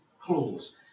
clause